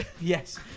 Yes